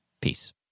Peace